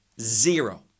zero